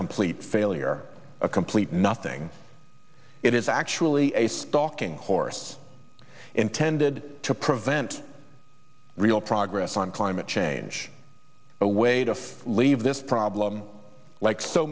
complete failure a complete nothing it is actually a stalking horse intended to prevent real progress on climate change a way to leave this problem like so